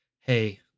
hey